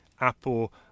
Apple